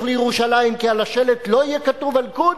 לירושלים כי על השלט לא יהיה כתוב "אל-קודס",